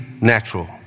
natural